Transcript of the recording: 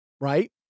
right